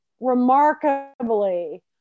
remarkably